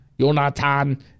Jonathan